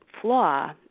flaw